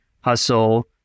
hustle